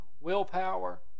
willpower